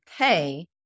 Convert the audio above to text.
okay